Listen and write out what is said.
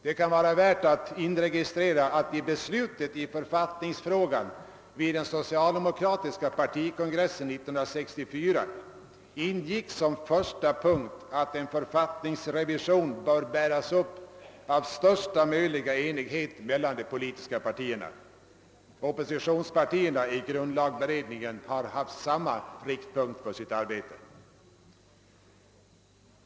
Det kan vara värdefullt att notera, att i beslutet i författningsfrågan vid den socialdemokratiska partikongressen 1964 ingick som första punkt att en författningsrevision bör bäras upp av största möjliga enighet mellan de politiska partierna. Oppositionspartierna i grundlagberedningen har haft samma riktlinjer för sitt arbete.